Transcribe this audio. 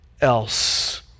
else